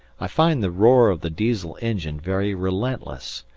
i find the roar of the diesel engine very relentless,